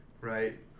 right